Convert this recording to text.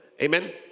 Amen